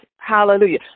Hallelujah